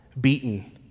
beaten